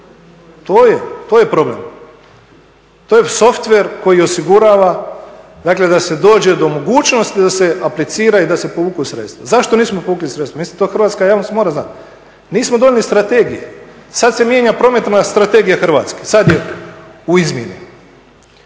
To je problem. To je softver koji osigurava dakle da se dođe do mogućnosti da se aplicira i da se povuku sredstva. Zašto nismo povukli sredstva, mislim to hrvatska javnost mora znat. Nismo donijeli strategije, sad se mijenja Prometna strategija Hrvatske, sad je u izmjeni